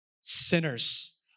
sinners